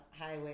highway